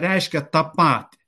reiškia tą patį